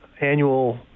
annual